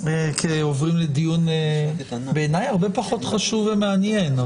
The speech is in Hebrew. ועוברים לדיון שבעיניי הרבה פחות ומעניין,